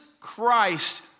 Christ